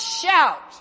shout